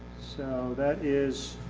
so that is